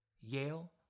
Yale